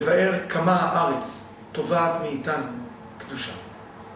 לבאר כמה הארץ טובעת מאיתנו, קדושה.